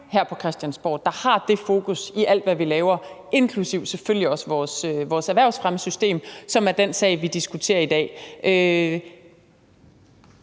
her på Christiansborg, der har det fokus i alt, hvad vi laver, inklusive selvfølgelig også vores erhvervsfremmesystem, som er den sag, vi diskuterer i dag.